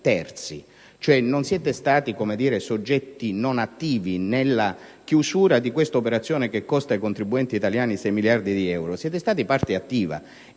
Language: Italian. terzi, non siete stati soggetti non attivi nella chiusura di un'operazione che costa ai contribuenti italiani 6 miliardi di euro: voi siete stati parte attiva,